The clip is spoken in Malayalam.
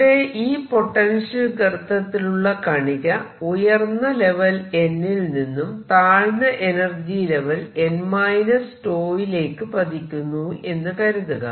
ഇവിടെ ഈ പൊട്ടൻഷ്യൽ ഗർത്തത്തിലുള്ള കണിക ഉയർന്ന ലെവൽ n ൽ നിന്നും താഴ്ന്ന എനർജി ലെവൽ n 𝞃 വിലേക്ക് പതിക്കുന്നു എന്ന് കരുതുക